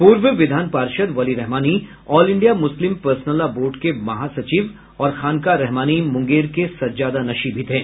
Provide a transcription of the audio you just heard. पूर्व विधान पार्षद Wali Rahmani all India Muslim personal law board के महासचिव और खानकाह रहमानी मुंगेर के सज्जादानशीं भी थे